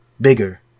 Bigger